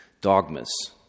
dogmas